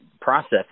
process